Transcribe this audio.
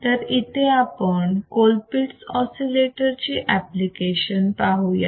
तर इथे आपण कोलपिट्स ऑसिलेटर ची एप्लिकेशन्स पाहुयात